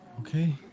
Okay